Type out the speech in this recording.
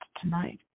tonight